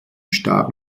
star